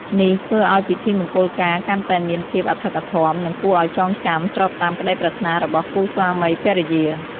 នេះធ្វើឲ្យពិធីមង្គលការកាន់តែមានភាពអធិកអធម និងគួរឲ្យចងចាំ ស្របតាមក្តីប្រាថ្នារបស់គូស្វាមីភរិយា។